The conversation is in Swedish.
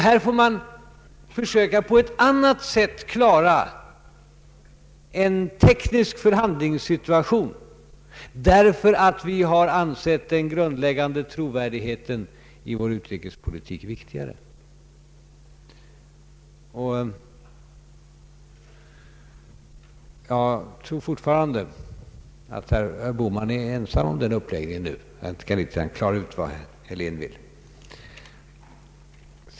Man får alltså försöka att på annat sätt klara en teknisk förhandlingssituation, eftersom vi har ansett den grundläggande trovärdigheten i vår neutralitetspolitik viktigare. Jag tror fortfarande att herr Bohman nu är ensam om sin uppläggning — jag kan inte klara ut vad herr Helén vill härvidlag.